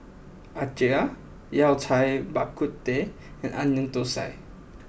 Acar Yao Cai Bak Kut Teh and Onion Thosai